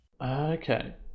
okay